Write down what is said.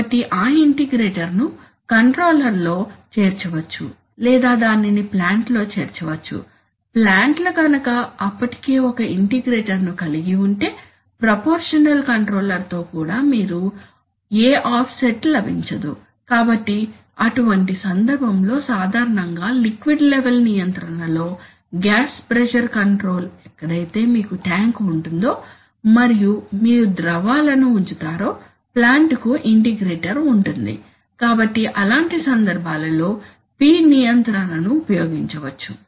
కాబట్టి ఆ ఇంటిగ్రేటర్ను కంట్రోలర్లో చేర్చవచ్చు లేదా దానిని ప్లాంట్లో చేర్చవచ్చు ప్లాంట్ల గనుక అప్పటికే ఒక ఇంటిగ్రేటర్ను కలిగి ఉంటే ప్రపోర్షషనల్ కంట్రోలర్తో కూడా మీకు ఏ ఆఫ్సెట్ లభించదు కాబట్టి అటువంటి సందర్భంలో సాధారణంగా లిక్విడ్ లెవెల్ నియంత్రణలో గ్యాస్ ప్రెజర్ కంట్రోల్ ఎక్కడైతే మీకు ట్యాంక్ ఉంటుందో మరియు మీరు ద్రవాలను ఉంచుతారో ప్లాంట్ కు ఇంటిగ్రేటర్ ఉంటుంది కాబట్టి అలాంటి సందర్భాలలో P నియంత్రణను ఉపయోగించవచ్చు